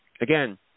again